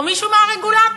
או מישהו מהרגולטור.